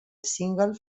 single